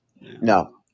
No